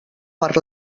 per